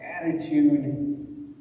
attitude